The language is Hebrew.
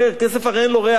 כסף הרי אין לו ריח.